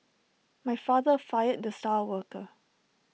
my father fired the star worker